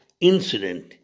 incident